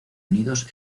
unidos